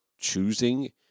choosing